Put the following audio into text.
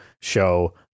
show